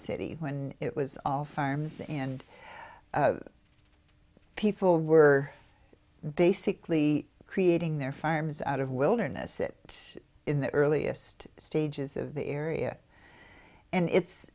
city when it was off farms and people were basically creating their farms out of wilderness it in the earliest stages of the area and it's